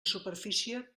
superfície